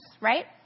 right